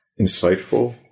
insightful